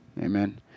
Amen